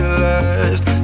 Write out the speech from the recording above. last